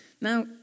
Now